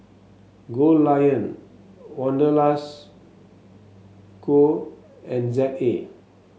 Goldlion Wanderlust Co and Z A